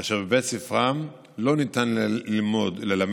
אשר בבית ספרם לא ניתן ללמד